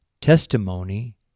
Testimony